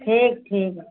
ठीक ठीक